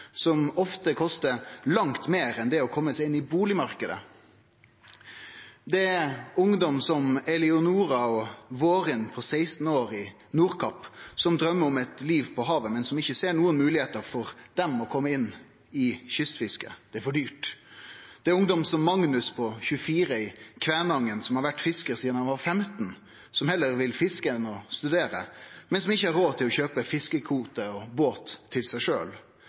som ofte kostar langt meir enn det å kome seg inn i bustadmarknaden. Det er ungdom som Eleonora og Vårin på 16 år i Nordkapp som drøymer om eit liv på havet, men som ikkje ser nokon moglegheit for å kome seg inn i kystfisket – det er for dyrt. Det er ungdom som Magnus på 24 år i Kvænangen, som har vore fiskar sidan han var 15 år, og som heller vil fiske enn å studere, men som ikkje har råd til å kjøpe fiskekvote og båt til seg